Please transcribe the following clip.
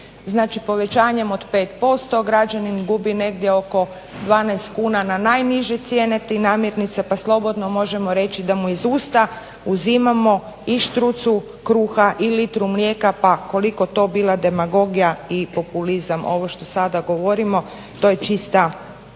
Znači, povećanjem od 5% građanin gubi negdje oko 12 kuna na najniže cijene tih namirnica, pa slobodno možemo reći da mu iz usta uzimamo i štrucu kruha i litru mlijeka, pa koliko to bila demagogija i populizam ovo što sada govorimo to je čista